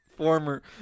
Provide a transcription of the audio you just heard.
Former